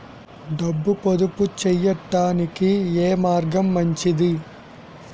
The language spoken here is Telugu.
డబ్బు పొదుపు చేయటానికి ఏ మార్గం మంచిది?